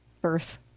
birth